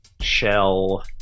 shell